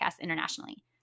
internationally